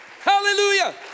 Hallelujah